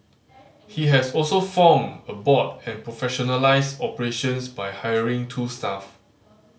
he has also formed a board and professionalised operations by hiring two staff